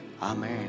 Amen